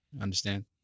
understand